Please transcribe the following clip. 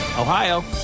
Ohio